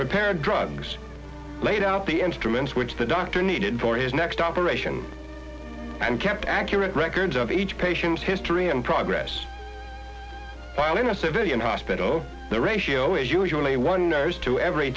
prepared drugs laid out the instruments which the doctor needed for his next operation and kept accurate records of each patients history and progress while in a civilian hospital the ratio is usually one knows to every